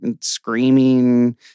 screaming